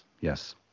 Yes